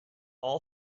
all